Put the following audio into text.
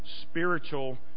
spiritual